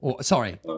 sorry